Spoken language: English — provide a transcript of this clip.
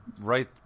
right